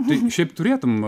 tai šiaip turėtum